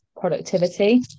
productivity